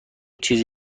چیز